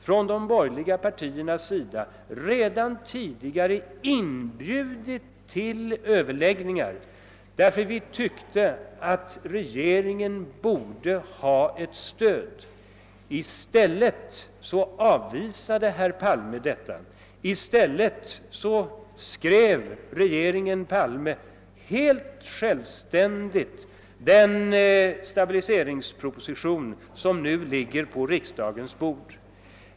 Från de borgerliga partierna hade vi redan tidigare inbjudit till överläggningar, därför. att vi tyckte att regeringen borde ha ett stöd, men herr Palme avvisade detta. I stället skrev regeringen Palme helt 'självständigt den stabiliseringsproposition som nu ligger på riksdagens bord.